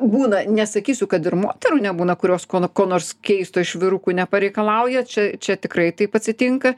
būna nesakysiu kad ir moterų nebūna kurios ko no ko nors keisto iš vyrukų nepareikalauja čia čia tikrai taip atsitinka